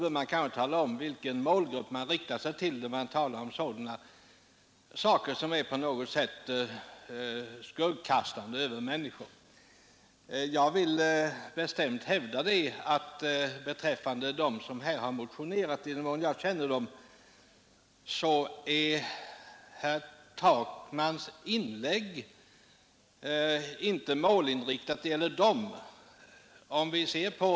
När man talar om saker som verkar skuggkastande över människor bör man kanske också tala om vilken grupp man riktar sig mot. Jag hävdar bestämt, att om herr Takmans inlägg var målinriktat mot någon grupp så kan det inte gälla motionärerna såsom jag känner dem.